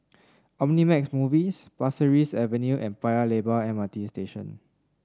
Omnimax Movies Pasir Ris Avenue and Paya Lebar M R T Station